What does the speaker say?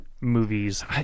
movies